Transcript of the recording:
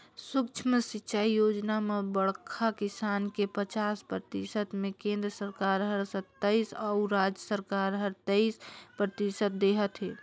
सुक्ष्म सिंचई योजना म बड़खा किसान के पचास परतिसत मे केन्द्र सरकार हर सत्तइस अउ राज सरकार हर तेइस परतिसत देहत है